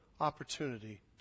opportunity